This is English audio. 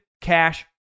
Cash